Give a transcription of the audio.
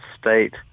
state